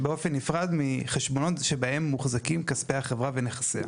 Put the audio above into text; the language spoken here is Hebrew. באופן נפרד מחשבונות שבהם מוחזקים כספי החברה ונכסיה.